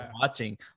watching